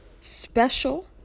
special